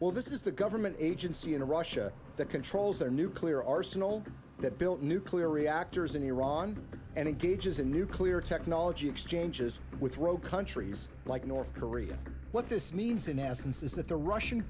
well this is the government agency in russia that controls their nuclear arsenal that built nuclear reactors in iran and engages in nuclear technology exchanges with rogue countries like north korea what this means in essence is that the russian